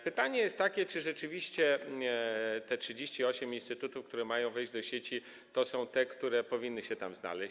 Pytanie jest takie, czy rzeczywiście te 38 instytutów, które mają wejść do sieci, to są te, które powinny się tam znaleźć.